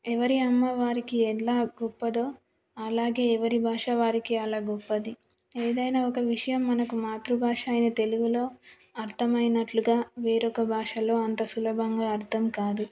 ఎవరి అమ్మ వారికి ఎలా గొప్పదో అలాగే ఎవరి భాష వారికి అలా గొప్పది ఏదైనా ఒక విషయం మనకు మాతృభాష అయిన తెలుగులో అర్థం అయినట్లుగా వేరొక భాషలో అంత సులభంగా అర్థం కాదు